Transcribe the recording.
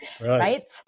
right